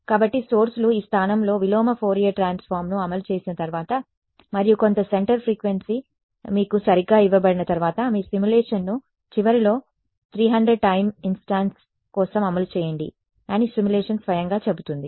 కాబట్టి సోర్స్ లు ఈ స్థానంలో విలోమ ఫోరియర్ ట్రాన్సఫామ్ ను అమలు చేసిన తర్వాత మరియు కొంత సెంటర్ ఫ్రీక్వెన్సీ మీకు సరిగ్గా ఇవ్వబడిన తర్వాత మీ సిమ్యులేషన్ను చివరిలో 300 టైమ్ ఇన్స్టాన్స్ కోసం అమలు చేయండి అని సిమ్యులేషన్ స్వయంగా చెబుతుంది